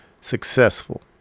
successful